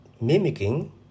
Mimicking